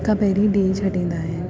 हुन खां पहिरियों ॾेई छॾींदा आहिनि